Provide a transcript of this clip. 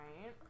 right